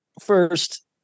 first